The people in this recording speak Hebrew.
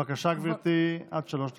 בבקשה, גברתי, עד שלוש דקות.